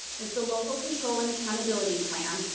it's the local control and accountability plan.